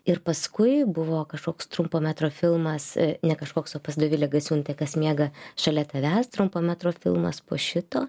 ir paskui buvo kažkoks trumpo metro filmas ne kažkoks o pas dovilę gasiūnaitę kas miega šalia tavęs trumpo metro filmas po šito